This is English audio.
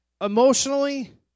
emotionally